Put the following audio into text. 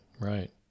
Right